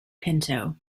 pinto